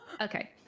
okay